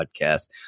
podcast